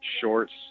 shorts